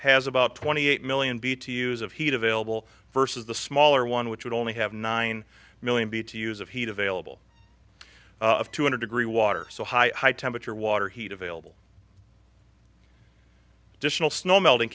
has about twenty eight million b to use of heat available versus the smaller one which would only have nine million b to use of heat available of two hundred degree water so high temperature water heat available dish will snow melting